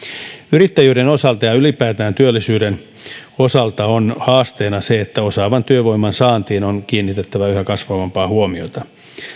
yrittäjyyden osalta ja ylipäätään työllisyyden osalta on haasteena se että osaavan työvoiman saantiin on kiinnitettävä yhä kasvavampaa huomiota